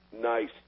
Nice